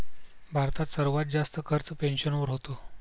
भारतात सर्वात जास्त खर्च पेन्शनवर होतो